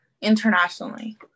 internationally